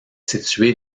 situé